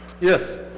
yes